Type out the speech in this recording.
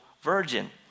virgin